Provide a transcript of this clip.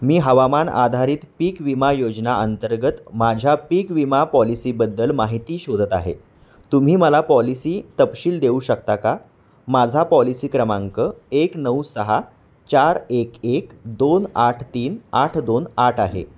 मी हवामान आधारित पीक विमा योजना अंतर्गत माझ्या पीक विमा पॉलिसीबद्दल माहिती शोधत आहे तुम्ही मला पॉलिसी तपशील देऊ शकता का माझा पॉलिसी क्रमांक एक नऊ सहा चार एक एक दोन आठ तीन आठ दोन आठ आहे